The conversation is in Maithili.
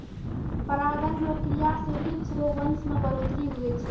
परागण रो क्रिया से वृक्ष रो वंश मे बढ़ौतरी हुवै छै